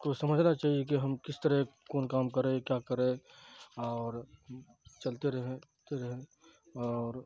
کو سمجھنا چاہیے کہ ہم کس طرح کون کام کرے کیا کرے اور چلتے رہیں چلتے رہیں اور